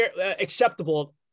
acceptable